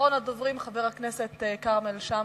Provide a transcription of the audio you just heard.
אחרון הדוברים, חבר הכנסת כרמל שאמה.